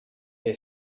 they